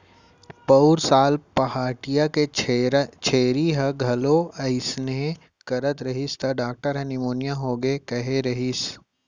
पउर साल पहाटिया के छेरी ह घलौ अइसने करत रहिस त डॉक्टर ह निमोनिया होगे हे कहे रहिस